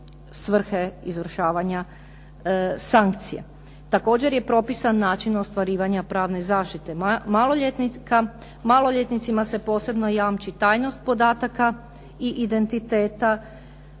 Također je propisan način ostvarivanja pravne zaštite maloljetnika. Maloljetnicima se posebno jamči tajnost podataka i identiteta.